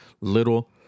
little